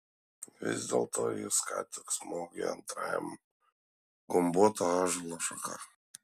vis dėlto jis ką tik smogė antrajam gumbuota ąžuolo šaka